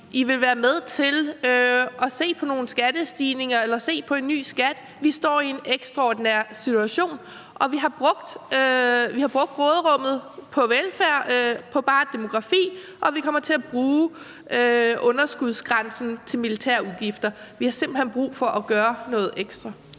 I vil være med til at se på nogle skattestigninger eller se på en ny skat. Vi står i en ekstraordinær situation, og vi har brugt råderummet på velfærd bare i forhold til demografi, og vi kommer til at bruge underskudsgrænsen til militære udgifter. Vi har simpelt hen brug for at gøre noget ekstra.